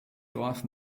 dorf